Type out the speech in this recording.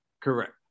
Correct